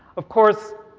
of course,